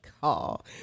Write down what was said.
call